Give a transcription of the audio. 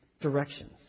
directions